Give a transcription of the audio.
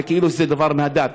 וכאילו שזה דבר מהדת.